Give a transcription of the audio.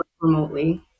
remotely